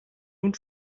nun